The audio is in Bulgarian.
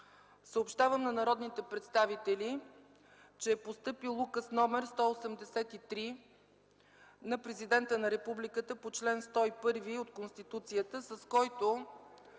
съобщавам на народните представители, че е постъпил Указ № 183 на Президента на Републиката по чл. 101 от Конституцията, с който